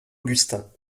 augustin